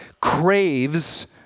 craves